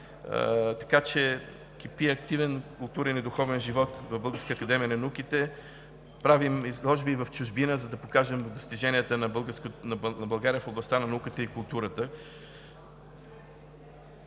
така че кипи активен културен и духовен живот в Българската академия на науките. Правим изложби в чужбина, за да покажем достиженията на България в областта на науката и културата.